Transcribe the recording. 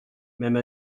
même